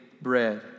bread